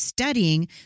studying